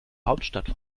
hauptstadt